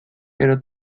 pero